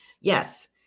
yes